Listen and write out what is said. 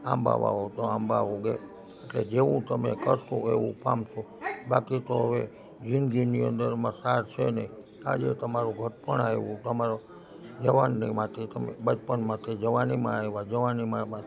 આંબા વાવો તો આંબા ઉગે એટલે જેવું તમે કરશો એવું પામશો બાકી તો હવે જિંદગીની અંદરમાં સાર છે નહીં આજે તમારું ઘડપણ આવ્યું તમારો જવાનની માથે તમે બચપણ માથે જવાનીમાં આવ્યા જવાનીમાં આવ્યા